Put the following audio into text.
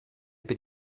per